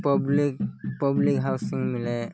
public public housing ମିଳେ